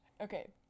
okay